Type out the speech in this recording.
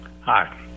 Hi